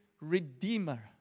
redeemer